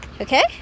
Okay